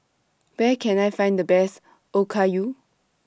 Where Can I Find The Best Okayu